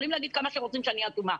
יכולים להגיד כמה שחושבים שאני אטומה.